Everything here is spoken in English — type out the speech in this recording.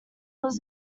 was